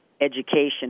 education